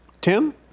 Tim